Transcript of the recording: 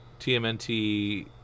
TMNT